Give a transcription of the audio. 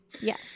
Yes